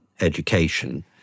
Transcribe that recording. education